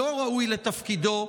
שלא ראוי לתפקידו,